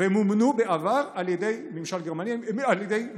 ומומנו בעבר על ידי ממשלים זרים,